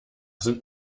sind